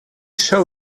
show